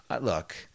look